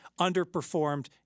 underperformed